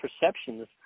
perceptions